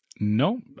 No